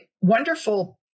wonderful